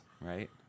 Right